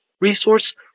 resource